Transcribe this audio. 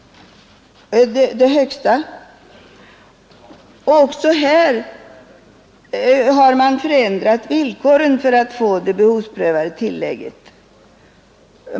Också här har man förändrat villkoren för att få det behovsprövade tillägget.